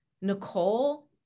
Nicole